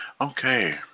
Okay